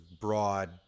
broad